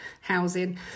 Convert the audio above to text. housing